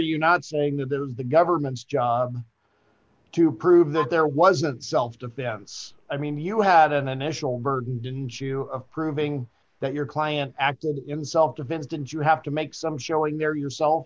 you not saying that it was the government's job to prove that there wasn't self defense i mean you had an initial burden didn't chew of proving that your client acted in self defense and you have to make some showing there yourself